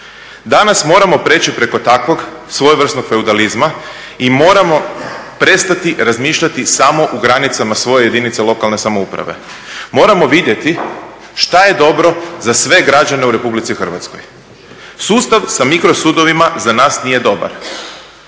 Danas moramo prijeći preko takvog svojevrsnog feudalizma i moramo prestati razmišljati samo u granicama svoje jedinice lokalne samouprave. Moramo vidjeti šta je dobro za sve građane u Republici Hrvatskoj. Sustav sa mikro sudovima za nas nije dobar,